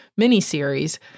miniseries